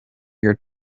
your